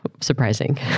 surprising